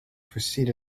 proceed